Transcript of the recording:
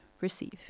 receive